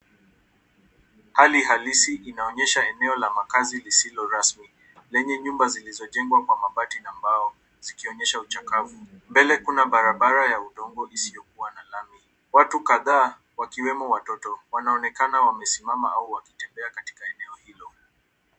Hali halisi inaonyesha eneo la makazi lisilo rasmi lenye nyumba zilizojengwa kwa mabati na mbao zikionyesha uchakafu. Mbele kuna barabara ya udongo isiyokuwa na lami. Watu kadhaa wakiwemo watoto wanaonekana wakisimama au kutulia katika eneo hilo.